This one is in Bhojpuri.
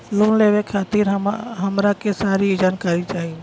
लोन लेवे खातीर हमरा के सारी जानकारी चाही?